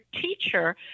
teacher